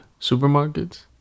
supermarkets